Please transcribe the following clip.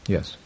Yes